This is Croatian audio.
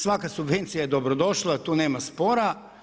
Svaka subvencija je dobro došla, tu nema spora.